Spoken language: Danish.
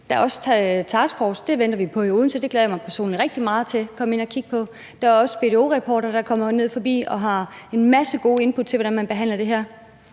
Der er også en taskforce. Den venter vi på i Odense. Det glæder jeg mig personligt rigtig meget til at komme ind og kigge på. Der er også BDO-reportere, der kommer ned forbi og har en masse gode input til, hvordan man behandler det her.